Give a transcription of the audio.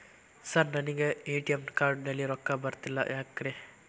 Sir ನನಗೆ ATM card ನಲ್ಲಿ ರೊಕ್ಕ ಬರತಿಲ್ಲ ಯಾಕ್ರೇ?